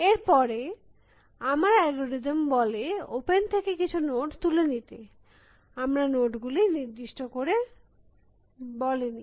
এর পরে আমার অ্যালগরিদম বলে ওপেন থেকে কিছু নোড তুলে নিতে আমরা নোড গুলি নির্দিষ্ট করে বলিনি